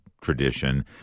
tradition